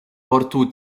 portu